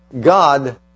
God